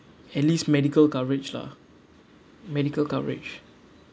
at least medical coverage lah medical coverage